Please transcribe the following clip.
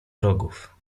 wrogów